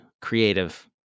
creative